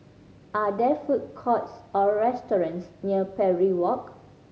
are there food courts or restaurants near Parry Walk